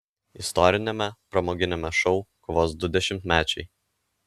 istoriniame pramoginiame šou kovos du dešimtmečiai